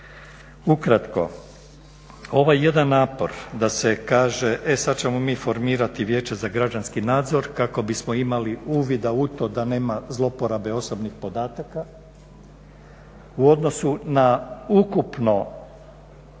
Ukratko, ovo je jedan napor da se kaže e sad ćemo mi formirati vijeće za građanski nadzor kako bismo imali uvida u to da nema zloporabe osobnih podataka u odnosu na ukupno